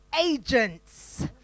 agents